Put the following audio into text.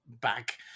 back